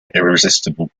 irresistible